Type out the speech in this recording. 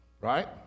Right